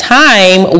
time